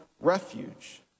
refuge